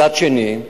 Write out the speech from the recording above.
מצד שני,